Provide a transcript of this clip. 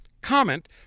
comment